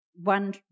one